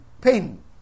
pain